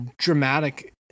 dramatic